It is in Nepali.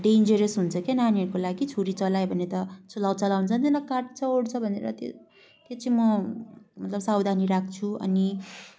डेन्जरस हुन्छ क्या नानीहरूको लागि छुरी चलायो भने त चलाउ चलाउन जान्दैन काट्छओर्छ भनेर त्यो त्यो चाहिँ म मतलब सावधानी राख्छु अनि